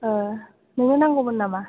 मैगं नांगौमोन नामा